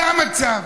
זה המצב.